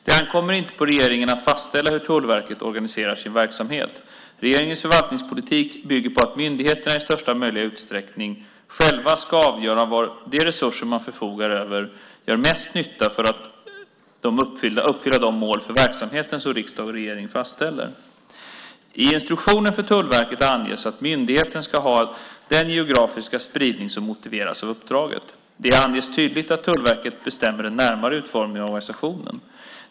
Det ankommer inte på regeringen att fastställa hur Tullverket organiserar sin verksamhet. Regeringens förvaltningspolitik bygger på att myndigheterna i största möjliga utsträckning själva ska avgöra var de resurser man förfogar över gör mest nytta för att uppfylla de mål för verksamheten som riksdag och regering fastställer. I instruktionen för Tullverket anges att myndigheten ska ha den geografiska spridning som motiveras av uppdraget. Det anges tydligt att Tullverket bestämmer den närmare utformningen av organisationen.